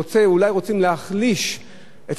אולי רוצים להחליש את הדבר,